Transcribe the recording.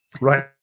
right